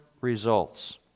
results